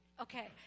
Okay